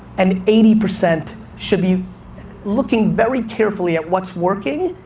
and eighty percent should be looking very carefully at what's working,